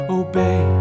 obey